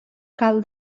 cal